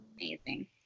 amazing